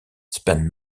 spent